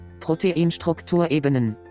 Proteinstrukturebenen